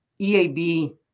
EAB